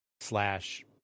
slash